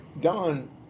Don